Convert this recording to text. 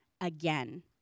again